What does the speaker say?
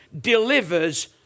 delivers